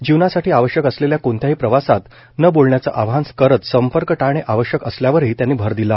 जीवनसाठी आवश्यक असलेल्या कोणत्याही प्रवासात न बोलण्याच आवाहन करत संपर्क टाळणे आवश्यक असल्यावरही त्यांनी भर दिला